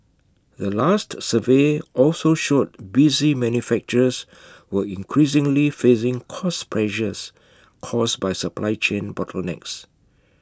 the latest survey also showed busy manufacturers were increasingly facing cost pressures caused by supply chain bottlenecks